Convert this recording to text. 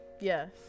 Yes